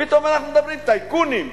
פתאום אנחנו מדברים: טייקונים,